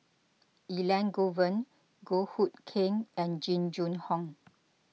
Elangovan Goh Hood Keng and Jing Jun Hong